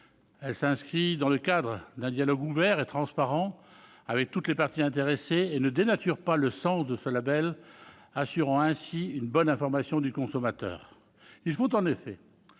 elle s'inscrit dans le cadre d'un dialogue ouvert et transparent avec toutes les parties intéressées et ne dénature pas le sens de ce label, assurant ainsi une bonne information du consommateur.